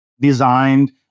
designed